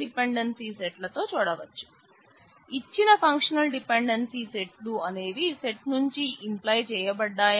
ఉపయోగించి సాధన చేయండి